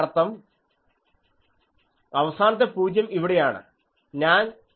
അതിനർത്ഥം അവസാനത്തെ 0 ഇവിടെയാണ്